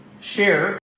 share